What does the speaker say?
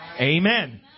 Amen